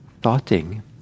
thoughting